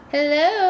Hello